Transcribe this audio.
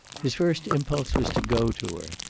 his first impulse was to go to her.